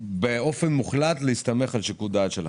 באופן מוחלט להסתמך על שיקול הדעת שלכם.